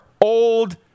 Old